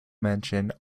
mention